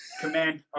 command